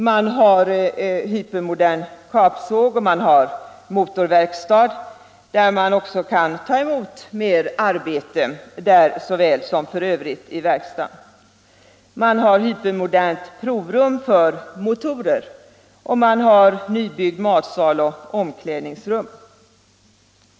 Det finns hypermodern kapsåg och en motorverkstad som lika väl som verkstaden i övrigt kan ta emot mer arbete. Det finns hypermodernt provrum för motorer och det finns nybyggd matsal och nybyggda omklädningsrum.